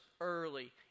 early